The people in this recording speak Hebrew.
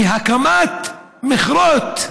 בשל הקמת מכרות,